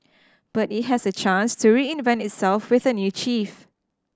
but it has a chance to reinvent itself with a new chief